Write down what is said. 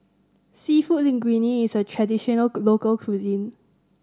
Seafood Linguine is a traditional local cuisine